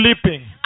sleeping